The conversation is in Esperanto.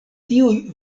tiuj